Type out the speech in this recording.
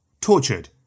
tortured